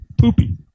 poopy